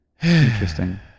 Interesting